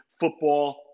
football